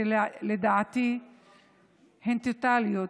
שלדעתי הם טוטליים,